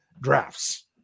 drafts